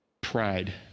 pride